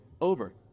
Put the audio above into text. over